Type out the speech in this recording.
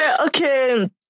okay